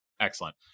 Excellent